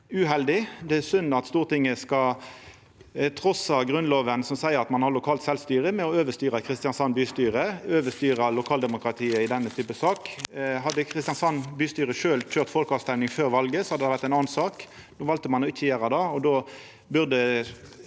uheldig. Det er synd at Stortinget skal trossa Grunnlova, som seier at ein har lokalt sjølvstyre, ved å overstyra Kristiansand bystyre, overstyra lokaldemokratiet i denne typen sak. Hadde Kristiansand bystyre sjølv køyrt folkeavrøysting før valet, hadde det vore ei anna sak. No valde ein å ikkje gjera det, og då burde